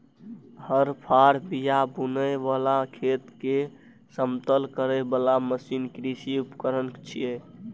हर, फाड़, बिया बुनै बला, खेत कें समतल करै बला मशीन कृषि उपकरण छियै